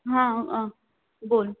हां बोल